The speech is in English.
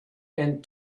and